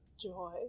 Joy